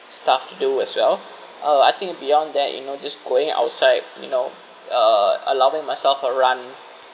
stuff to do as well uh I think beyond that you know just going outside you know uh allowing myself a run